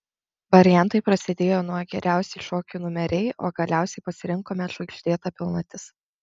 variantai prasidėjo nuo geriausi šokių numeriai o galiausiai pasirinkome žvaigždėta pilnatis